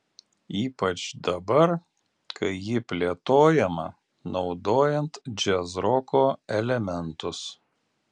ypač dabar kai ji plėtojama naudojant džiazroko elementus